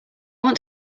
want